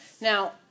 Now